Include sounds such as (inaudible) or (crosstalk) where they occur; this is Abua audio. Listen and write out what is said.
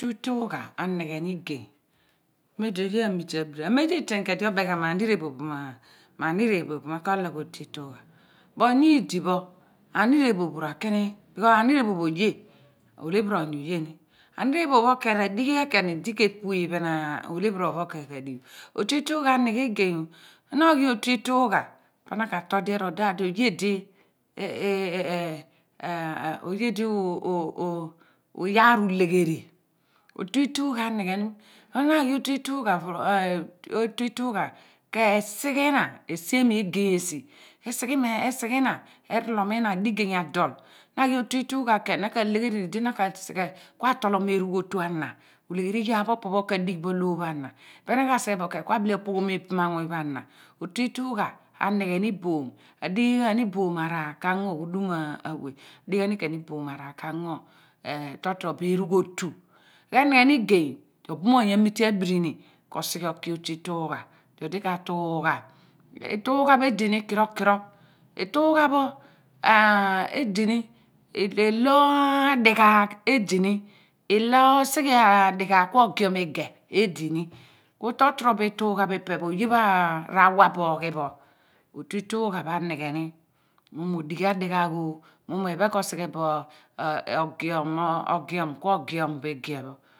Otu iitugha anigheni igey mem di oye amite abirini amem di eten ku edi oben ghan mo aniirephop (hesitation) ma aniirephop mo ko logh otu iitugha bu nyidi pho aniirephop ra ku ni b/kos aniirephop oye olephiri oony oye ni aniirephop khen ra dighi ghan khen idi ke ph iphen olephiri oony ph khen ka dighi bo otu iitugha ghe igey na oglai otu iitugha po na ka tol di erol daadi oye di (hesitation) iyar ulegheri otu iitugha anighe ni na ghi otu iitugha ke sighe ina esimi egey rsi esighe ina erolomina digey edol naghi otu iitugha khen na ka sighe ku atolom erugh otu ana otegher yar pho opo pho ka digh bo loor pha ana ipe na ka sighe bo ku abile apoghom ibam anmuuny pho ana otu iitugha anighe ni ka ango ghudu awe ra dighi ghaani iboom araar ka ango toro toro bo eghun otu enigheni igey di obumoony amite abirini k sighe oki otu iitugha di odi ka tugha iitugha pho edi ni kiro ki ro iitugha pho (hesitation) edi ni ilo (hesitation) ilo adighaagh edi ni ilo osighe adighaagh ku ogiom igeh edi ku toro toro bo iitugha phi ipe pho oye pho ra wa bo oghi pho otu iitugha pho anighe ni mu mo odighi adighaagh mu mo iphen ko si ghe bo ogiomo ku giomo igeh pho